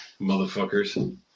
Motherfuckers